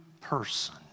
person